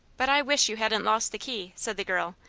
but i wish you hadn't lost the key, said the girl,